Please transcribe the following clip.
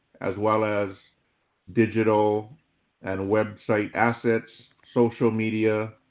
as well as digital and website assets, social media,